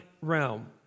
realm